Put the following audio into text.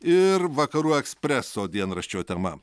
ir vakarų ekspreso dienraščio tema